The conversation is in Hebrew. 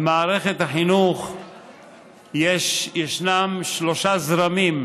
במערכת החינוך ישנם שלושה זרמים: